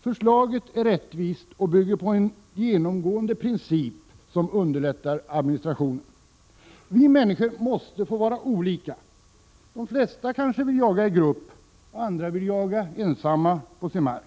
Förslaget är rättvist och bygger på en genomgående princip som underlättar administrationen. Vi människor måste få vara olika. De flesta vill kanske jaga i grupp, men många vill jaga ensamma på sin mark.